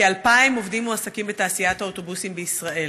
כ-2,000 עובדים מועסקים בתעשיית האוטובוסים בישראל.